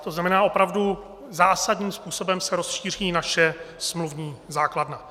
To znamená, opravdu zásadním způsobem se rozšíří naše smluvní základna.